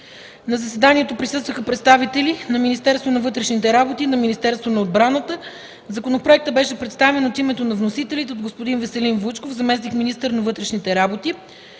На заседанието присъстваха представители на Министерството на вътрешните работи и на Министерството на отбраната. Законопроектът беше представен от името на вносителите от господин Веселин Вучков – заместник-министър на вътрешните работи.